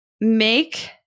make